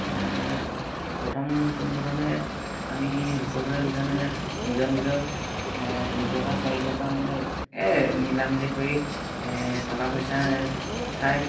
প্ৰথম পোনপ্ৰথমে আমি সকলোৱে দুজনে নিজৰ নিজৰ দুটকা চাৰি টকা মানে এ মিলা মিলি কৰি টকা পইচা উঠায়